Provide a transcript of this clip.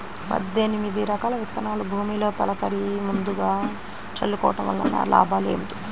పద్దెనిమిది రకాల విత్తనాలు భూమిలో తొలకరి ముందుగా చల్లుకోవటం వలన లాభాలు ఏమిటి?